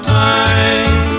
time